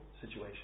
situation